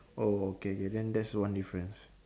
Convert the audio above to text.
oh okay K then that's one difference